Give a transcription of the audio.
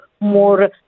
more